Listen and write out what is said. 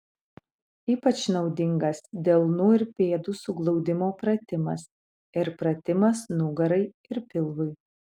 ypač naudingas delnų ir pėdų suglaudimo pratimas ir pratimas nugarai ir pilvui